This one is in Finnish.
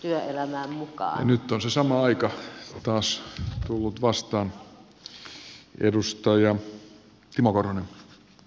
ja nyt on se sama aika taas tullut vastaan